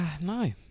No